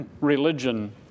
religion